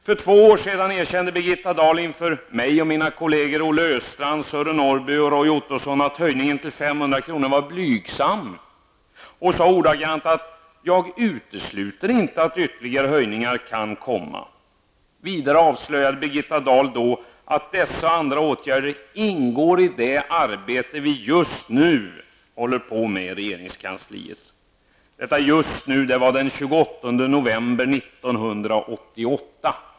För två år sedan erkände Birgitta Dahl inför mig och mina kolleger Olle Östrand, Sören Norrby och Roy Ottosson att höjningen till 500 kr. var blygsam och sade: ''Jag utesluter inte att ytterligare höjningar kan komma.'' Vidare avslöjdade Birgitta Dahl att dessa och andra åtgärder ''ingår i det arbete som vi just nu håller på med i regeringskansliet --''. Detta ''just nu'' var den 28 november 1988.